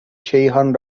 کیهان